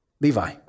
Levi